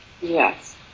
Yes